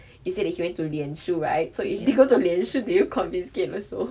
is it that he went to 脸书 right so if he go to 脸书 did you confiscate also